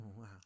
wow